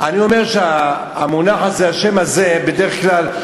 אדם שמגיע לעבודה, לאן הגיע, לעסק או לעבודה?